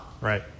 Right